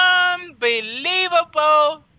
unbelievable